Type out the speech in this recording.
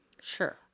Sure